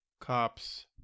cops